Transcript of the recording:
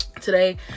today